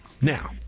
now